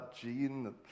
gene